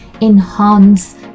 enhance